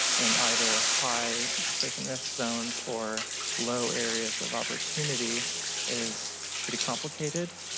in either high displacement zones or low areas of opportunity is pretty complicated.